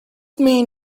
mean